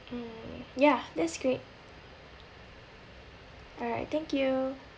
mm ya that's great alright thank you